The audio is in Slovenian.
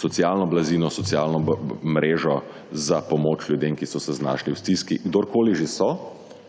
socialno blazino, socialno mrežo za pomoč ljudem, ki so se znašli v stiski, kdorkoli že so,